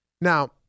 Now